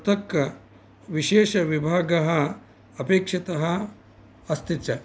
पृथक् विशेषविभागः अपेक्षितः अस्ति च